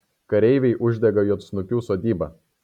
kareiviai uždega juodsnukių sodybą